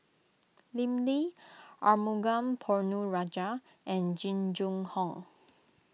Lim Lee Arumugam Ponnu Rajah and Jing Jun Hong